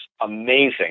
amazing